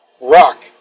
Rock